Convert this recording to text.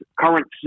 current